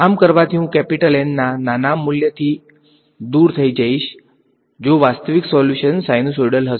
આમ કરવાથી હું કેપીટલ N ના નાના મૂલ્યથી દૂર થઈ જઈશ જો વાસ્તવિક સોલ્યુશન સાઇનુસૉઇડલ હશે